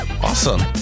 Awesome